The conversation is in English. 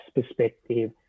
perspective